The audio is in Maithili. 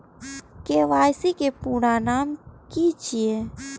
के.वाई.सी के पूरा नाम की छिय?